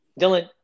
dylan